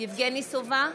יבגני סובה,